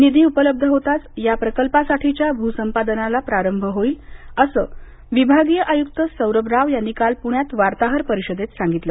निधी उपलब्ध होताच या प्रकल्पासाठीच्या भूसंपादनाला प्रारंभ होईल असं विभागीय आयुक्त सौरभ राव यांनी काल पुण्यात वार्ताहर परिषदेत सांगितलं